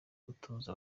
gutuza